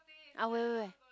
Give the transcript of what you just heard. ah where where where